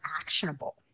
actionable